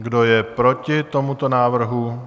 Kdo je proti tomuto návrhu?